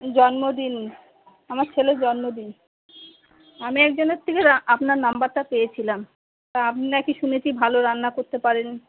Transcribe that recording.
জন্মদিন আমার ছেলের জন্মদিন আমি একজনের থেকে রা আপনার নাম্বারটা পেয়েছিলাম তা আপনি নাকি শুনেছি ভালো রান্না করতে পারেন